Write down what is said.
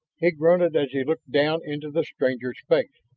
he grunted as he looked down into the stranger's face.